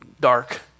dark